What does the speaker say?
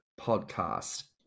podcast